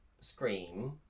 Scream